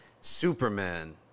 Superman